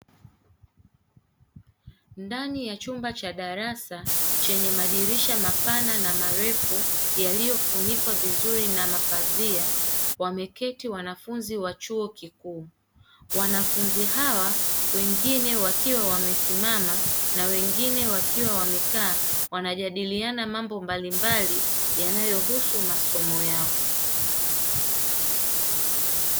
Ndani ya chumba cha darasa chenye madirisha mapana na marefu yaliyofunikwa vizuri na mapazia, wameketi wanafunzi wa chuo kikuu; baadhi wamesimama na wengine wamekaa, wakijadiliana mambo mbalimbali yanayohusu masomo yao.